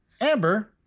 Amber